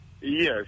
Yes